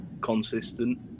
consistent